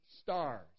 stars